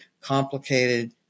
complicated